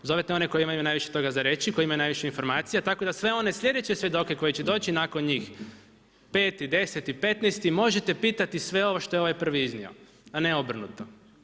Zovete one koji imaju najviše toga za reći, zovete one koje imaju najviše informacija, tako da sve one slijedeće svjedoke koji će doći nakon njih, 5., 10., 15., možete pitati sve ovo što je ovaj prvi iznio, a ne obrnuto.